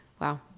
Wow